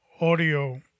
audio